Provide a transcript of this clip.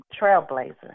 trailblazer